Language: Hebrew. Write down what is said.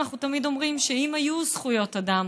אנחנו תמיד אומרים שאם היו זכויות אדם